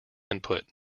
input